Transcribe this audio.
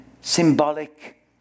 symbolic